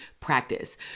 practice